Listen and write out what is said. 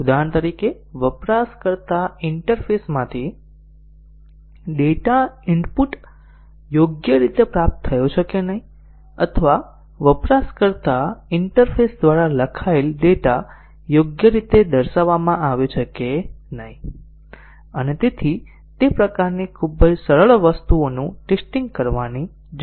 ઉદાહરણ તરીકે વપરાશકર્તા ઇન્ટરફેસમાંથી ડેટા ઇનપુટ યોગ્ય રીતે પ્રાપ્ત થયો છે કે નહીં અથવા વપરાશકર્તા ઇન્ટરફેસ દ્વારા લખાયેલ ડેટા યોગ્ય રીતે દર્શાવવામાં આવ્યો છે કે નહીં અને તેથી તે પ્રકારની ખૂબ જ સરળ વસ્તુઓનું ટેસ્ટીંગ કરવાની જરૂર છે